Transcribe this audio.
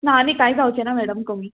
ना आनी कांय जावचें ना मॅडम कमी